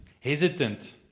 hesitant